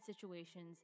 situations